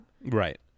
Right